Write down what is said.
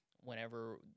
Whenever